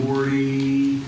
worry